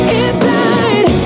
inside